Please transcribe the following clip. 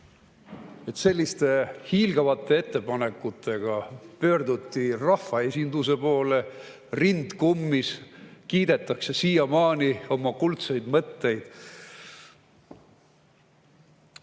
Selliste hiilgavate ettepanekutega pöörduti rahvaesinduse poole, rind kummis, kiidetakse siiamaani oma kuldseid mõtteid.